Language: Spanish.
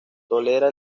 tolera